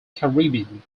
caribbean